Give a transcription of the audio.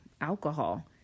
alcohol